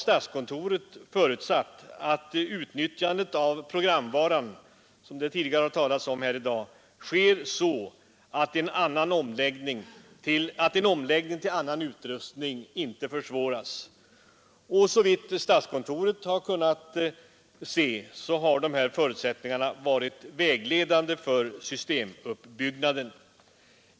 Statskontoret har förutsatt att utnyttjandet av programvaran, som det tidigare talats om här i dag, sker så att en omläggning till annan utrustning inte försvåras. Såvitt statskontoret kunnat se har dessa förutsättningar varit vägledande för systemuppbyggnaden.